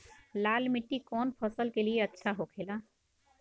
लाल मिट्टी कौन फसल के लिए अच्छा होखे ला?